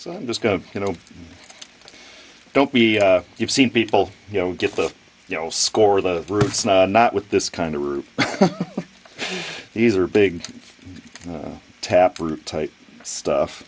so just go you know don't we you've seen people you know get the score the roots not not with this kind of root these are big tap root type stuff